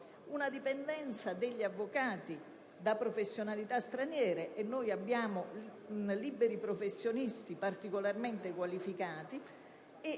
una dipendenza degli avvocati da professionalità straniere (noi abbiamo infatti liberi professionisti particolarmente qualificati),